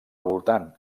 voltant